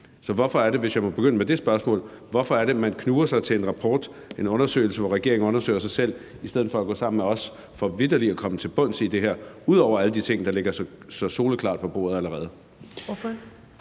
undersøgelse. Så hvis jeg må begynde med det spørgsmål, hvorfor er det så, at man klamrer sig til en rapport, en undersøgelse, hvor regeringen undersøger sig selv, i stedet for at gå sammen med os for vitterlig at komme til bunds i det her, ud over alle de ting, der ligger så soleklart på bordet allerede? Kl.